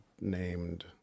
named